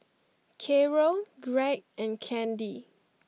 Caro Gregg and Candi